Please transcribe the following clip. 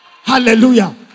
Hallelujah